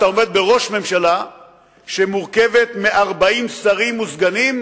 אתה עומד בראש ממשלה שמורכבת מ-40 שרים וסגנים,